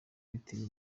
bitewe